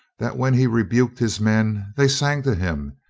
that when he rebuked his men they sang to him,